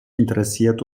interessiert